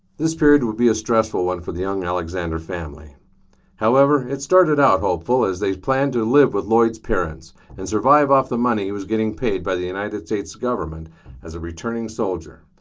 this period would be a stressful one for the young alexander family however it started out hopeful as they've planned to live with lloyd's parents and survive off the money he was getting paid by the united states government as a returning soldier.